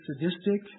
sadistic